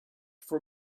for